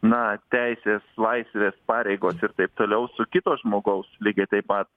na teisės laisvės pareigos ir taip toliau su kito žmogaus lygiai taip pat